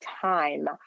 time